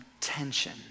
tension